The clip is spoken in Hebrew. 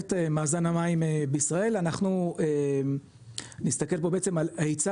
מאזן המים בישראל, אנחנו נסתכל פה בעצם על היצע